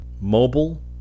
Mobile